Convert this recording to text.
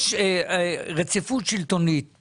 יש רציפות שלטונית.